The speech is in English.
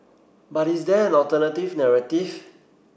but is there an alternative narrative